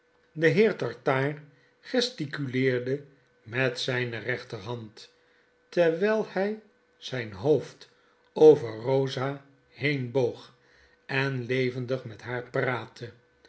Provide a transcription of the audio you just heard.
de heer tartaar gesticuleerde met ztjnerechterhand terwyl hy zyn hoofd over rosa heen boog en levendig met haar praatte